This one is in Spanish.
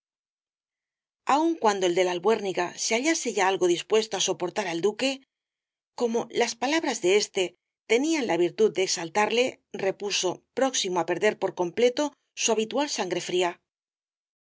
cuando el de la albuérniga se hallase ya algo dispuesto á soportar al duque como las palabras de éste tenían la virtud de exaltarle repuso próximo á perder por completo su habitual sangre fría